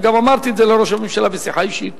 וגם אמרתי את זה לראש הממשלה בשיחה אישית.